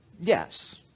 Yes